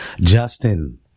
justin